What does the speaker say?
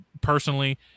personally